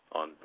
on